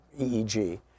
EEG